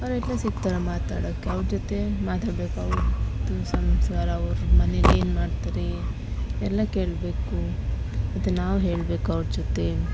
ಅವರೆಲ್ಲ ಸಿಕ್ತಾರೆ ಮಾತಾಡೋಕೆ ಅವ್ರ ಜೊತೆ ಮಾತಾಡಬೇಕು ಅವ್ರದ್ದು ಸಂಸಾರ ಅವ್ರ ಮನೇಲಿ ಏನ್ಮಾಡ್ತಾರೆ ಎಲ್ಲ ಕೇಳಬೇಕು ಮತ್ತು ನಾವು ಹೇಳಬೇಕು ಅವ್ರ ಜೊತೆ